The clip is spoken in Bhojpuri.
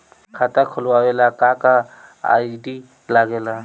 खाता खोलवावे ला का का आई.डी लागेला?